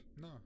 no